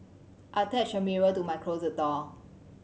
I attached a mirror to my closet door